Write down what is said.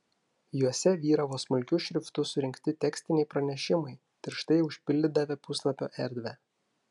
juose vyravo smulkiu šriftu surinkti tekstiniai pranešimai tirštai užpildydavę puslapio erdvę